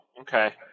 okay